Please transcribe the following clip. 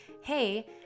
hey